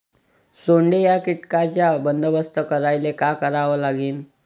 सोंडे या कीटकांचा बंदोबस्त करायले का करावं लागीन?